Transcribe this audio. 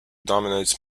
dominates